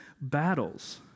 battles